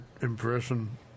impression